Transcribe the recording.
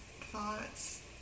thoughts